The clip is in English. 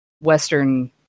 Western